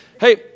Hey